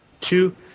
Two